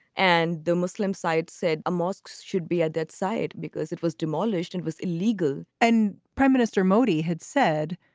and the muslim sites said a mosques should be at that site because it was demolished and was illegal and prime minister modi had said,